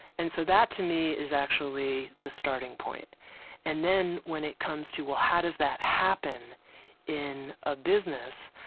and so that to me is actually the starting point and then when it comes to, well, how does that happen in a business,